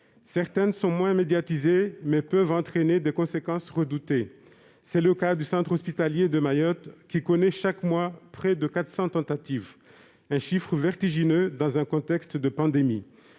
attaques sont moins médiatisées, mais peuvent entraîner des conséquences redoutées. C'est le cas du centre hospitalier de Mayotte, qui connaît chaque mois, près de 400 tentatives. Un chiffre vertigineux dans un contexte de pandémie.